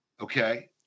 Okay